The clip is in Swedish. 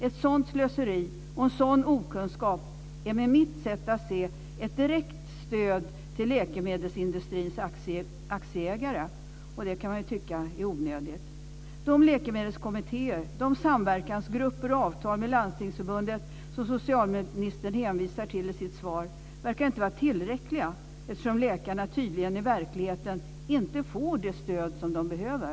Ett sådant slöseri och en sådan okunskap är med mitt sätt att se det ett direkt stöd till läkemedelsindustrins aktieägare, och det kan man ju tycka är onödigt. De läkemedelskommittéer och de samverkansgrupper och avtal med Landstingsförbundet som socialministern hänvisar till i sitt svar verkar inte vara tillräckliga, eftersom läkarna i verkligheten tydligen inte får det stöd som de behöver.